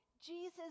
Jesus